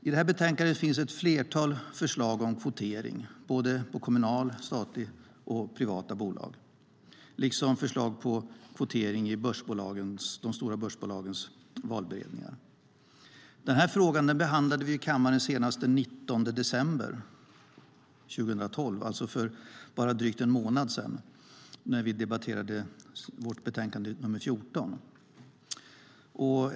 I det här betänkandet finns ett flertal förslag om kvotering på såväl kommunala som statliga och privata bolag liksom förslag om kvittering i de stora börsbolagens valberedningar. Den här frågan behandlade vi i kammaren senast den 19 december 2012, alltså för bara drygt en månad sedan, när vi debatterade vårt betänkande nr 14.